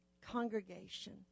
congregation